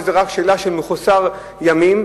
שזה רק שאלה של מחוסר ימים?